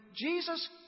Jesus